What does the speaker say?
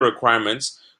requirements